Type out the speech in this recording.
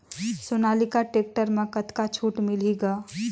Sonalika tractor म कतका छूट मिलही ग?